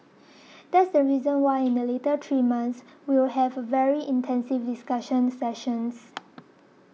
that's the reason why in the later three months we will have very intensive discussion sessions